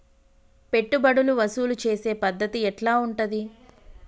పెట్టుబడులు వసూలు చేసే పద్ధతి ఎట్లా ఉంటది?